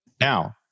Now